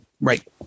right